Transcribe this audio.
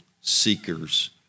seekers